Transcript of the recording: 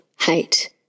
hate